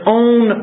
own